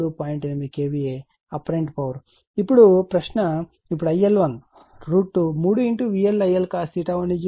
8KVA apparent power ఇప్పుడు ప్రశ్న ఇప్పుడు IL1 3VLILcos 1P1మనకు తెలుసు